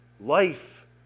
Life